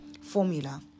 formula